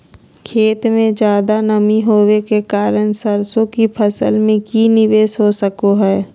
खेत में ज्यादा नमी होबे के कारण सरसों की फसल में की निवेस हो सको हय?